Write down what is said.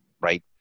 right